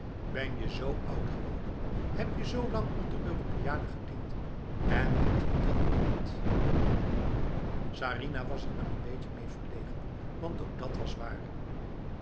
ben je zo oud geworden heb je zo lang onder europeanen gediend en weetje dat nog niet sarinah was er wel n beetje mee verlegen want ook dat was waar